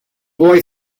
boy